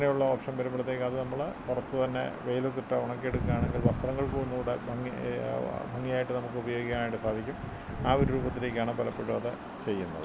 അങ്ങനെയുള്ള ഓപ്ഷന് വരുമ്പോഴത്തേക്കത് നമ്മൾ പുറത്ത് തന്നെ വെയിലത്തിട്ട് ഉണക്കി എടുക്കുവാണെങ്കില് വസ്ത്രങ്ങള്ക്കും ഒന്നും കൂടെ ഭംഗി ഭംഗിയായിട്ട് നമുക്ക് ഉപയോഗിക്കാനായിട്ട് സാധിക്കും ആ ഒരു രൂപത്തിലേക്കാണ് പലപ്പോഴും അത് ചെയ്യുന്നത്